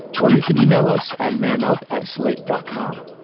or you can email us at men up at slate dot com.